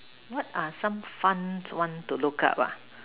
what are some fun one to look up ah